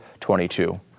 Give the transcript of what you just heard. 22